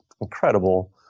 incredible